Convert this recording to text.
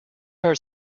her